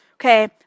Okay